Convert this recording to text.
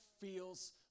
feels